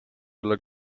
olla